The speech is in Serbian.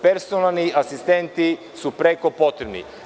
Personalni asistenti su preko potrebni.